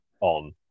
on